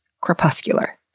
Crepuscular